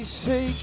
say